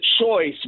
choice